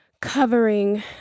covering